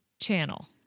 Channel